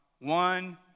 One